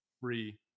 free